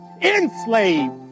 enslaved